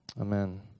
Amen